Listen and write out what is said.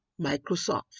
microsoft